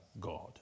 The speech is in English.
God